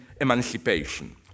emancipation